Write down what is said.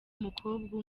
umukobwa